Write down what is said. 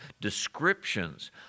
descriptions